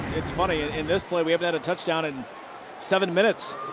it's funny, in in this play, we haven't had a touchdown in seven minutes.